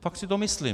Fakt si to myslím.